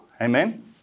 Amen